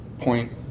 point